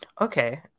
okay